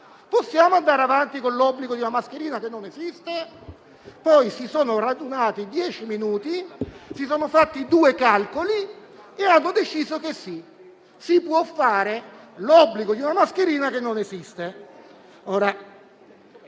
possiamo andare avanti con l'obbligo di una mascherina che non esiste? Poi si sono radunati dieci minuti, si sono fatti due calcoli e hanno deciso che sì, si può stabilire l'obbligo di una mascherina che non esiste.